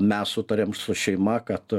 mes sutarėm su šeima kad